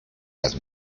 las